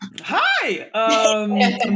Hi